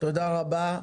תודה רבה.